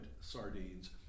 sardines